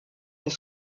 des